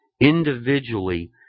individually